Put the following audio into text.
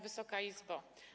Wysoka Izbo!